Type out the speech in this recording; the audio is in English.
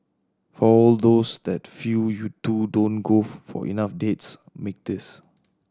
for all those that feel you two don't golf for enough dates make this